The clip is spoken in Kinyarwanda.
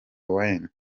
wayne